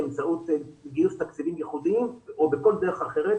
באמצעות גיוס תקציבים ייחודיים או בכל דרך אחרת